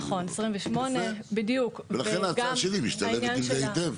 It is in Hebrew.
נכון, 28. יפה, ולכן ההצעה שלי משלבת עם זה היטב.